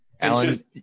Alan